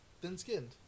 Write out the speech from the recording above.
thin-skinned